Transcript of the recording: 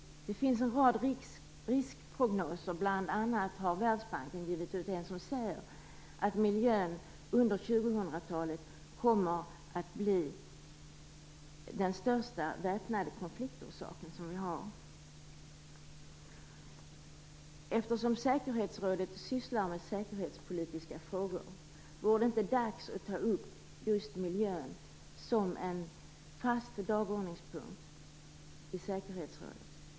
Det finns en rad riskprognoser. Bl.a. har Världsbanken givit ut en där man säger att miljön under 2000 talet kommer att bli den största orsaken till väpnade konflikter. Eftersom säkerhetsrådet sysslar med säkerhetspolitiska frågor, vore det inte dags att ta upp just miljön som en fast dagordningspunkt i säkerhetsrådet?